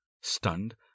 Stunned